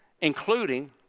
including